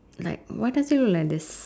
like why does it look like this